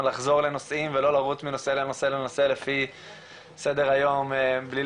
לחזור לנושאים ולא לרוץ מנושא לנושא לנושא לפי סדר היום מבלי